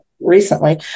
recently